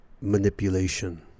manipulation